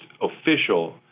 official